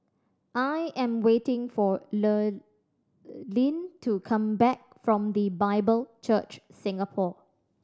I am waiting for Lurline to come back from The Bible Church Singapore